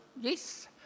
yes